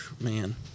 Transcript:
Man